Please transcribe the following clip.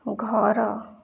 ଘର